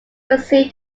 receive